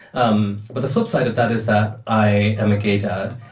um but the flipside of that is that i am a gay dad.